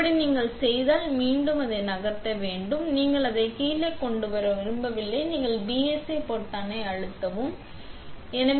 இப்போது நீங்கள் அதை செய்தால் நீங்கள் அதை மீண்டும் நகர்த்த வேண்டும் நீங்கள் அதை கீழே கொண்டு வர விரும்பவில்லை நீங்கள் BSA பொத்தானை அழுத்தும் எங்கே இது